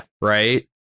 right